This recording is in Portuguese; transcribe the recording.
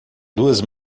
duas